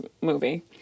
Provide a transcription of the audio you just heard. movie